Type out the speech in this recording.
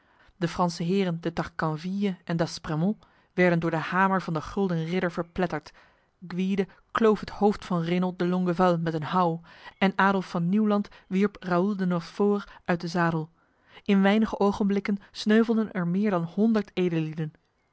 de franse heren de tarcanville en d'aspremont werden door de hamer van de gulden ridder verpletterd gwyde kloof het hoofd van renold de longueval met een houw en adolf van nieuwland wierp raoul de nortfort uit de zadel in weinig ogenblikken sneuvelden er meer dan honderd